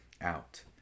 out